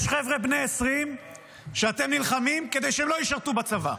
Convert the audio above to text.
יש חבר'ה בני 20 שאתם נלחמים כדי שהם לא ישרתו בצבא,